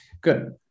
good